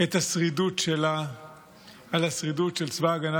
את השרידות שלה על השרידות של צבא ההגנה